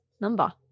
number